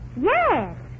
Yes